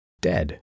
dead